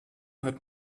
hat